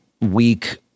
week